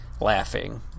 laughing